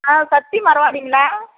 ஆ Sakthi மரவாடிங்களா